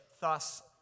thus